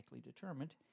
determined